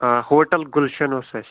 آ ہوٹل گُلشن اوس اَسہِ